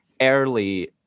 early